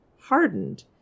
hardened